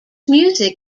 music